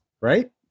right